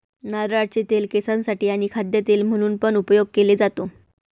नारळाचे तेल केसांसाठी आणी खाद्य तेल म्हणून पण उपयोग केले जातो